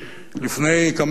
לפני כמה ימים,